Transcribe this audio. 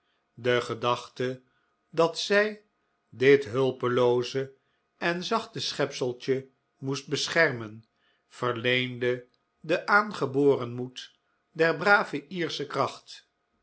de gedachte dat zij dit hulpelooze en zachte schepseltje moest beschermen verleende den aangeboren moed der brave iersche kracht